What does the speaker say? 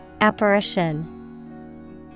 Apparition